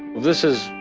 this is,